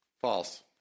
False